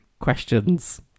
questions